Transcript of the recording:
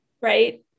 Right